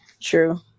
true